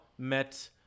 Met